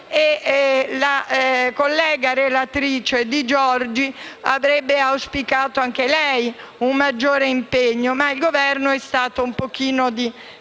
la collega, relatrice Di Giorgi, avrebbe auspicato un maggior impegno, ma il Governo è stato un pochino corto